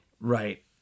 Right